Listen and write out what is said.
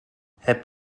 heb